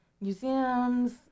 museums